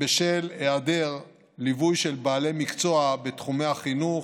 בשל היעדר ליווי של בעלי מקצוע בתחומי החינוך,